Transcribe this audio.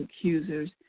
accusers